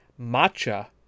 Matcha